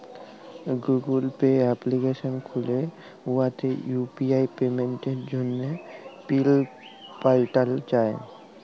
Google pay application খ্যুলে উয়াতে UPI পেমেল্টের জ্যনহে পিল পাল্টাল যায়